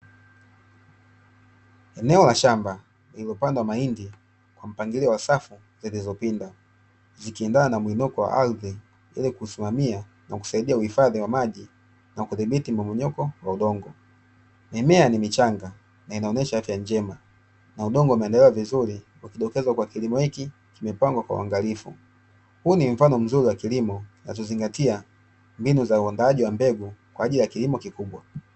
Eneo la shamba lililopandwa mahindi kwa mpangilio wa safu zilizopinda, zikiendana na mwinuko wa ardhi ili kusimamia na kusaidia uhifadhi wa maji na kudhibiti mmomonyoko wa udongo. Mimea ni michanga na inaonesha afya njema na udongo umeandaliwa vizuri, ukidokeza kuwa kilimo hiki kimepandwa kwa uangalifu. Huu ni mfumo mzuri wa kilimo kinachozingatia mbinu za undaaji wa mbegu kwa ajili ya kilimo kikubwa.